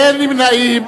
אין נמנעים.